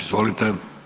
Izvolite.